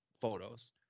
photos